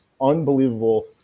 unbelievable